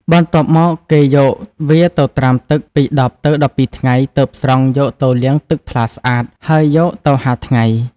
បន្ទាប់មក គេយកវាទៅត្រាំទឹកពី ១០ ទៅ ១២ ថ្ងៃ ទើប ស្រង់យកទៅលាងទឹកថ្លាស្អាត ហើយយកទៅហាលថ្ងៃ ។